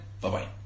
Bye-bye